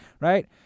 right